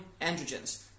androgens